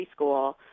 preschool